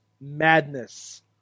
madness